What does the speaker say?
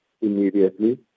immediately